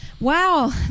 Wow